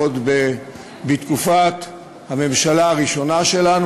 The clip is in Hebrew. עוד בתקופת הממשלה הראשונה שלנו,